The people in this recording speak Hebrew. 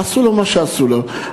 עשו לו מה שעשו לו.